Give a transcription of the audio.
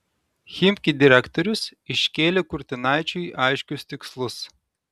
chimki direktorius iškėlė kurtinaičiui aiškius tikslus